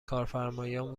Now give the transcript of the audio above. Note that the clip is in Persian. کارفرمایان